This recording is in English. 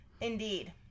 indeed